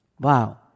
Wow